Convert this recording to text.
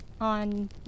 on